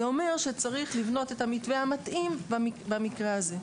זה אומר שצריך לבנות את המתווה המתאים במקרה הזה.